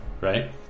right